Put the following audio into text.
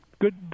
good